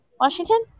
Washington